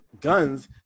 Guns